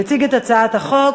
יציג את הצעת החוק